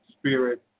spirit